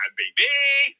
baby